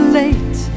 late